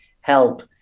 help